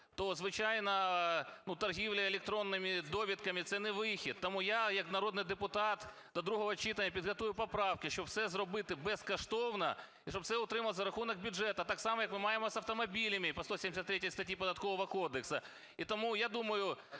то, звичайно, ну торгівля електронними довідками - це не вихід. Тому я як народний депутат до другого читання підготую поправки, щоб все зробити безкоштовно і щоб це утримувалось за рахунок бюджету. Так само, як ми маємо з автомобілями по 173 статті Податкового кодексу. І тому, я думаю,